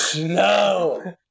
No